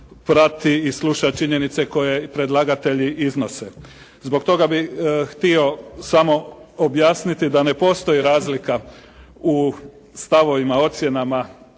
prati i sluša činjenice koje predlagatelji iznose. Zbog toga bih htio samo objasniti da ne postoji razlika u stavovima, ocjenama